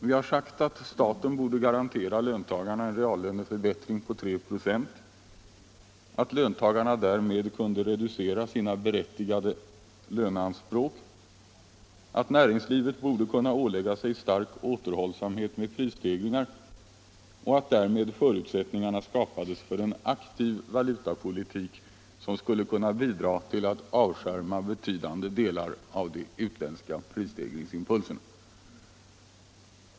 Vi har sagt att staten borde garantera löntagarna en reallöneförbättring på 3 96, att löntagarna därmed kunde reducera sina berättigade löneanspråk, att näringslivet borde kunna ålägga sig stark återhållsamhet med prisstegringar och att därmed förutsättningar skapades för en aktiv valutapolitik som skulle kunna bidra till att avskärma betydande delar av de utländska prisstegringsimpulserna.